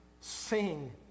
sing